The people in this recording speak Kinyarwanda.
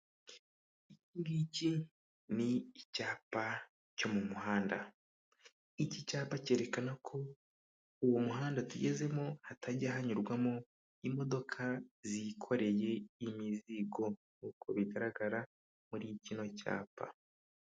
Iki ngiki ni icyapa cyo mu muhanda. Iki cyapa cyerekana ko uwo muhanda tugezemo, hatajya hanyurwamo imodoka zikoreye imizigo, nk'uko bigaragara muri kino cyapa.